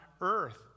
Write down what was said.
earth